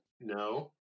No